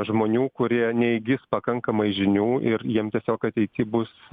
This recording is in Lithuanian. žmonių kurie neįgis pakankamai žinių ir jiem tiesiog ateity bus